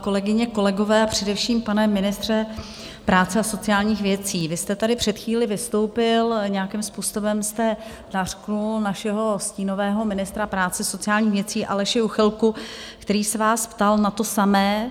Kolegyně, kolegové, a především, pane ministře práce a sociálních věcí, vy jste tady před chvílí vystoupil, nějakým způsobem jste nařkl našeho stínového ministra práce a sociálních věcí Aleše Juchelku, který se vás ptal na to samé.